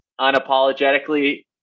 unapologetically